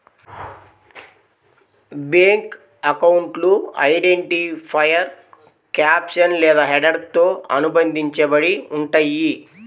bank అకౌంట్లు identifier caption లేదా హెడర్తో అనుబంధించబడి ఉంటయ్యి